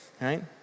right